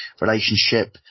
relationship